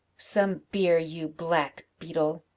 some beer, you black beetle!